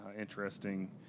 interesting